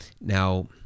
Now